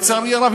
לצערי הרב,